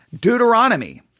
Deuteronomy